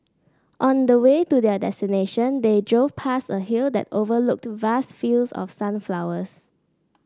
on the way to their destination they drove past a hill that overlooked vast fields of sunflowers